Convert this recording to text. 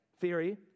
theory